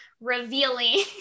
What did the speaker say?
revealing